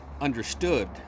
understood